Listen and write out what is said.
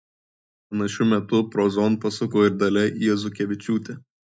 panašiu metu prozon pasuko ir dalia jazukevičiūtė